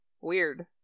Weird